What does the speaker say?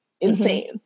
insane